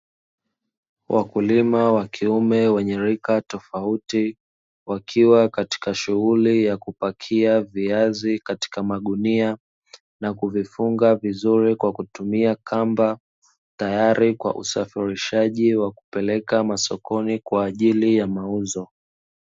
Wakulima wa kiume wenye rika tofauti, wakiwa katika shughulii ya kupakia viazi katika magunia na kuvifunga vizuri kwa kutumia kamba, tayari kwa usafirishaji wa kupeleka masokoni kwa ajili ya mauzo.